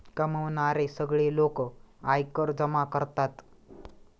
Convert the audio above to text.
कमावणारे सगळे लोक आयकर जमा करतात